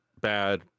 bad